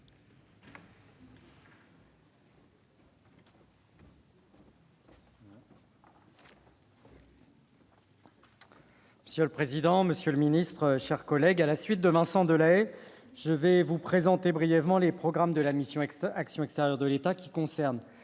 Monsieur le président, monsieur le ministre, mes chers collègues, à la suite de Vincent Delahaye, je vais brièvement vous présenter les programmes de la mission « Action extérieure de l'État » qui concernent,